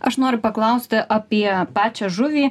aš noriu paklausti apie pačią žuvį